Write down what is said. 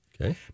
Okay